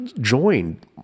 joined